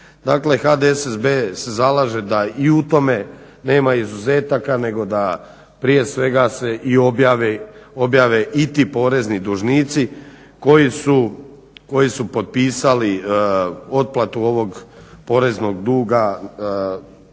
HDSSB se zalaže da i u tome nema izuzetaka nego da prije svega se i objave i ti porezni dužnici koji su potpisali otplatu ovog poreznog duga na